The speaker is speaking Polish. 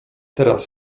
teraz